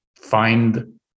find